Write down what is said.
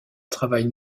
travaille